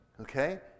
Okay